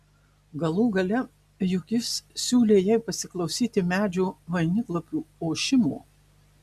galų gale juk jis siūlė jai pasiklausyti medžio vainiklapių ošimo